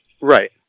right